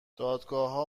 دادگاهها